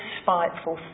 spiteful